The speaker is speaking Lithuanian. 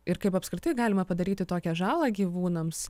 ir kaip apskritai galima padaryti tokią žalą gyvūnams